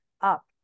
up